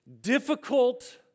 difficult